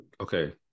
okay